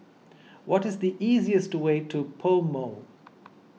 what is the easiest way to PoMo